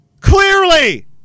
clearly